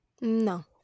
No